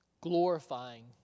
glorifying